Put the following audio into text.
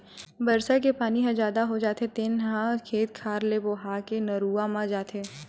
बरसा के पानी ह जादा हो जाथे तेन ह खेत खार ले बोहा के नरूवा म जाथे